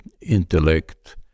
intellect